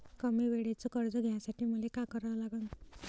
कमी वेळेचं कर्ज घ्यासाठी मले का करा लागन?